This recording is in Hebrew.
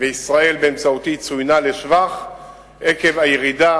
וישראל באמצעותי צוינה לשבח עקב הירידה